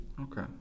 Okay